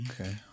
okay